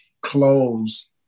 clothes